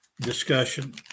discussion